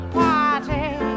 party